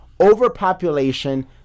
overpopulation